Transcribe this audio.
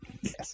Yes